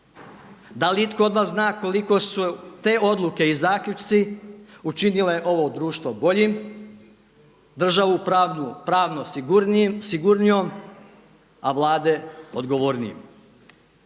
Da li itko od vas zna koliko su te odluke i zaključci učinile ovo društvo boljim, državu pravnu pravno sigurnijom, a Vlade odgovornijim?